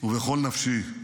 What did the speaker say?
ובכל נפשי."